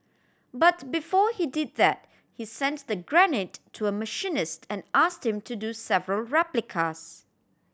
but before he did that he sent the grenade to a machinist and asked him to do several replicas